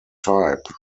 type